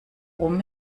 rum